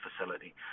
facility